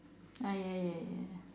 ah ya ya ya